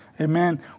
Amen